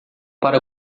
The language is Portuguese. para